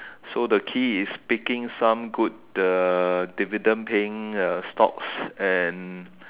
so the key is picking some good dividend paying stocks and